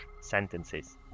sentences